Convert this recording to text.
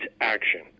action